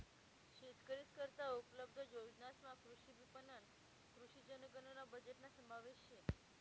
शेतकरीस करता उपलब्ध योजनासमा कृषी विपणन, कृषी जनगणना बजेटना समावेश शे